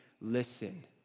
listen